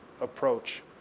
approach